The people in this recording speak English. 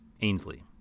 Ainsley